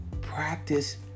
practice